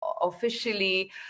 officially